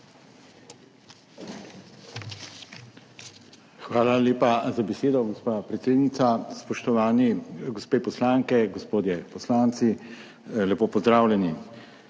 Hvala lepa za besedo, gospa predsednica. Spoštovani gospe poslanke, gospodje poslanci, lepo pozdravljeni!